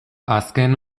azken